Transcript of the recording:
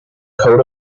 coat